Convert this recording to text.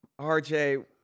RJ